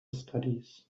studies